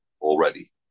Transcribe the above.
already